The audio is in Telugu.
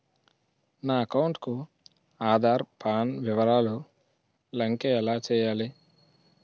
నా అకౌంట్ కు ఆధార్, పాన్ వివరాలు లంకె ఎలా చేయాలి?